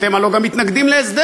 אתם הלוא גם מתנגדים להסדר,